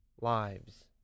lives